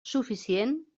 suficient